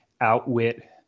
outwit